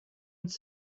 ils